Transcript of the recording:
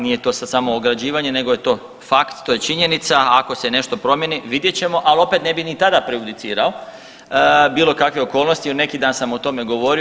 Nije to sad samo ograđivanje nego je to fakt, to je činjenica, a ako se nešto promijeni vidjet ćemo, ali opet ne bih ni tada prejudicirao bilo kakve okolnosti jer neki dan sam o tome govorio.